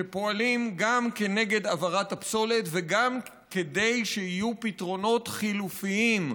שפועלים גם כנגד הבערת הפסולת וגם כדי שיהיו פתרונות חלופיים,